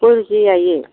ꯀꯣꯏꯔꯨꯁꯤ ꯌꯥꯏꯌꯦ